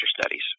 studies